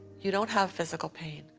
you don't have physical pain.